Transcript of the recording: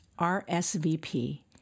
RSVP